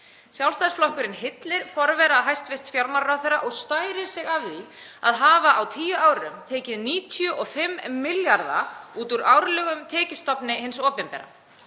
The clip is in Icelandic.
Sjálfstæðisflokkurinn hyllir forvera hæstv. fjármálaráðherra og stærir sig af því að hafa á tíu árum tekið 95 milljarða út úr árlegum tekjustofni hins opinbera.